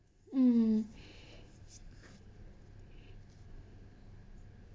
mm